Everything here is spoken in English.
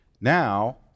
Now